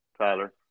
Tyler